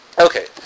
Okay